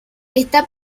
está